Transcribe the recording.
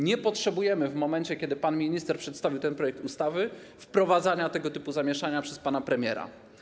Nie potrzebujemy, w momencie kiedy pan minister przedstawił ten projekt ustawy, wprowadzania tego typu zamieszania przez pana premiera.